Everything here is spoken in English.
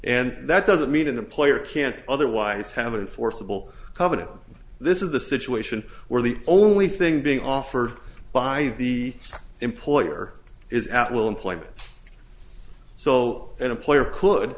and that doesn't mean employer can't otherwise have an forcible covenant this is the situation where the only thing being offered by the employer is at will employment so an employer could